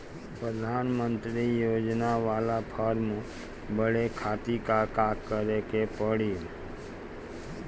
प्रधानमंत्री योजना बाला फर्म बड़े खाति का का करे के पड़ी?